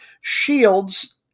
shields